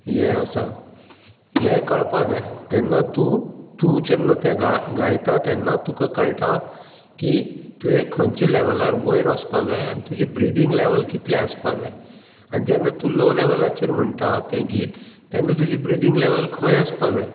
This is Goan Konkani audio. हे आसा हें कळपा जाय तेन्ना तूं तूं जेन्ना तें गाय गायता तेन्ना तुका कळटा की तुवें खंयच्या लेवलार वयर वचपा जाय आनी तुजी ब्रिदींग लेवल कितलें आसपा जाय आनी जेन्ना तूं लो लेवलाचेर म्हणटा तें गीत तेन्ना तुजी ब्रिदींग लो लेवल खंय आसपा जाय